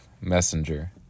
messenger